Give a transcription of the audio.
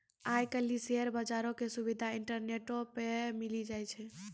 आइ काल्हि शेयर बजारो के सुविधा इंटरनेटो पे मिली जाय छै